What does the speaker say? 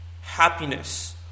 happiness